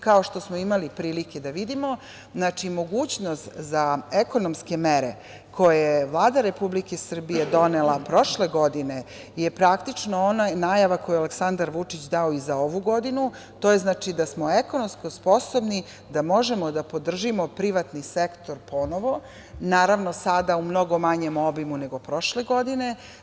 Kao što smo imali prilike da vidimo, mogućnost za ekonomske mere koje je Vlada Republike Srbije donela prošle godine je praktično ona najava koju je Aleksandar Vučić dao i za ovu godinu, a to je da smo ekonomski sposobni da možemo da podržimo privatni sektor ponovo, naravno, sada u mnogo manjem obimu nego prošle godine.